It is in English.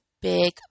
big